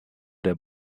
der